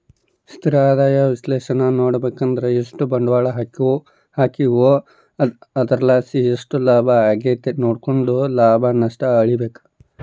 ಸ್ಥಿರ ಆದಾಯ ವಿಶ್ಲೇಷಣೇನಾ ನೋಡುಬಕಂದ್ರ ಎಷ್ಟು ಬಂಡ್ವಾಳ ಹಾಕೀವೋ ಅದರ್ಲಾಸಿ ಎಷ್ಟು ಲಾಭ ಆಗೆತೆ ನೋಡ್ಕೆಂಡು ಲಾಭ ನಷ್ಟ ಅಳಿಬಕು